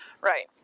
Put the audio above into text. Right